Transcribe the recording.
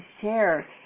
share